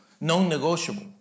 non-negotiable